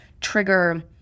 trigger